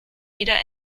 wieder